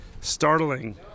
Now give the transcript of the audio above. startling